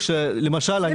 למשל אני אתן לך דוגמה.